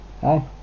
Hi